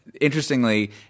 interestingly